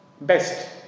best